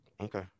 okay